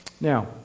Now